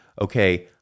okay